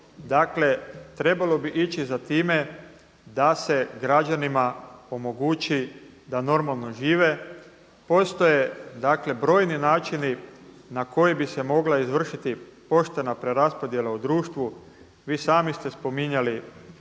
dakle trebalo bi ići za time da se građanima omogući da normalno žive. Postoje dakle brojni načini na koje bi se mogla izvršiti poštena preraspodjela u društvu. Vi sami ste spominjali